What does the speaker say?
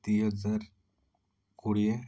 ଦୁଇ ହଜାର କୋଡ଼ିଏ